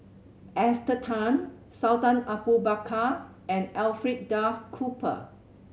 Esther Tan Sultan Abu Bakar and Alfred Duff Cooper